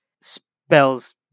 spells